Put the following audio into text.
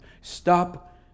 Stop